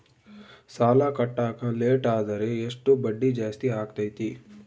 ಸಾಲ ಕಟ್ಟಾಕ ಲೇಟಾದರೆ ಎಷ್ಟು ಬಡ್ಡಿ ಜಾಸ್ತಿ ಆಗ್ತೈತಿ?